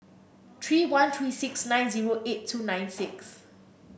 three one three six nine zero eight two nine six